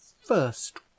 first